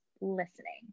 listening